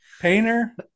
Painter